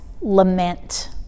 lament